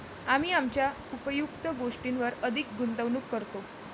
आम्ही आमच्या उपयुक्त गोष्टींवर अधिक गुंतवणूक करतो